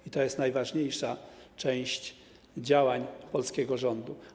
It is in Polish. I to jest najważniejsza część działań polskiego rządu.